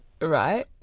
Right